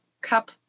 cup